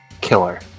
killer